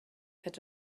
had